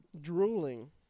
Drooling